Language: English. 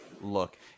look